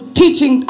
teaching